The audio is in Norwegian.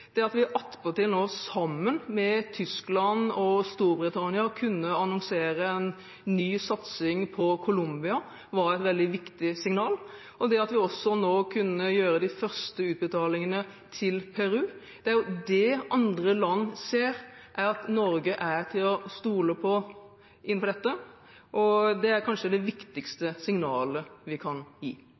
Det at vi attpåtil nå, sammen med Tyskland og Storbritannia, kunne annonsere en ny satsing på Colombia, var et veldig viktig signal, og også det at vi nå kunne gjøre de første utbetalingene til Peru. Det andre land ser, er at Norge er til å stole på innenfor dette. Det er kanskje det viktigste signalet vi kan gi.